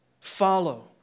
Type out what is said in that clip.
Follow